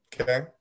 okay